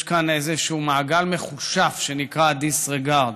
יש כאן איזשהו מאגר מכושף שנקרא disregard,